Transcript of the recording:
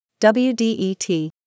WDET